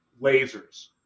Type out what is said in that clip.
lasers